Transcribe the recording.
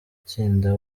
tsinda